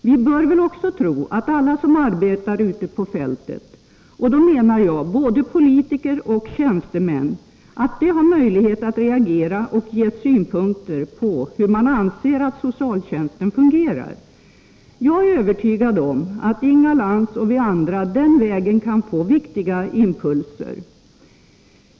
Vi bör väl också tro att alla som arbetar ute på fältet — och då menar jag både politiker och tjänstemän — kommer att reagera och ge synpunkter på hur de anser att socialtjänsten fungerar. Jag är övertygad om att Inga Lantz och vi andra den vägen kan få viktiga impulser.